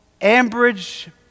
Ambridge